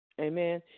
Amen